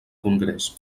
congrés